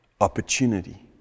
opportunity